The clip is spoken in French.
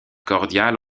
cordiale